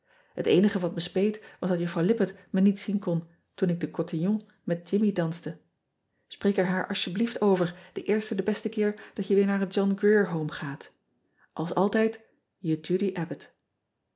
et eenige wat me speet was dat uffrouw ippett me niet zien kon toen ik den cotillon met immie danste preek er haar alsjeblieft over den eersten den besten keer dat je weer naar het ohn rier ome gaat ls altijd